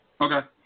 Okay